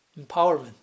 empowerment